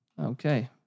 Okay